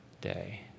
day